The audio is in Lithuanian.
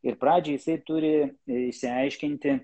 ir pradžiai jisai turi išsiaiškinti